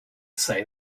say